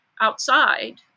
outside